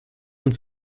uns